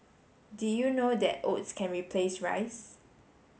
did you know that oats can replace rice